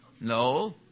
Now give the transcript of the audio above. No